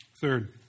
Third